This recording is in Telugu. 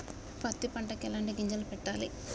పత్తి పంటకి ఎలాంటి గింజలు పెట్టాలి?